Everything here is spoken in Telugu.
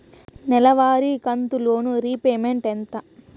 నెలవారి కంతు లోను రీపేమెంట్ ఎంత?